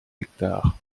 hectares